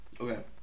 Okay